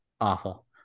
awful